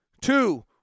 two